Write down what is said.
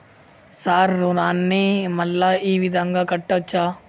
Sir రుణాన్ని మళ్ళా ఈ విధంగా కట్టచ్చా?